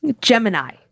Gemini